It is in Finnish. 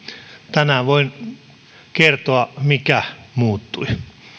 tänään voin kertoa mikä muuttui